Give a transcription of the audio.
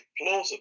plausible